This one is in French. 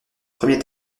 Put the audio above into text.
premier